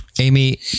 Amy